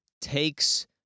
takes